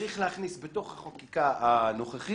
שצריך להכניס בתוך החקיקה הנוכחית,